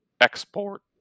export